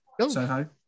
Soho